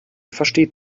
versteht